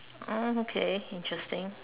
oh okay interesting